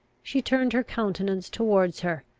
she turned her countenance towards her,